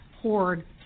hoard